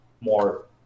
more